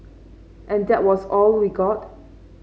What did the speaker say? and that was all we got